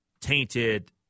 tainted